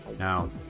Now